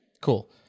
Cool